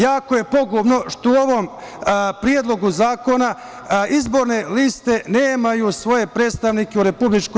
Jako je pogubno što u ovom predlogu zakona izborne liste nemaju svoje predstavnike u RIK.